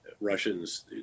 Russians